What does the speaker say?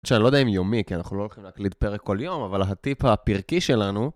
שאני לא יודע אם יומי, כי אנחנו לא הולכים להקליט פרק כל יום, אבל הטיפ הפרקי שלנו...